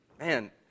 man